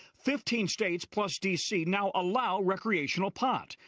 fifteen states plus d c. now allow recreational pot.